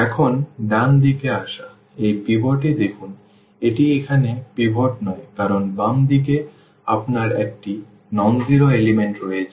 এখন ডান দিকে আসা এই পিভট দেখুন এটি এখানে পিভট নয় কারণ বাম দিকে আপনার একটি অ শূন্য উপাদান রয়েছে